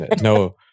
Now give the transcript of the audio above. no